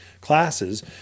Classes